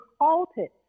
halted